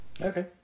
Okay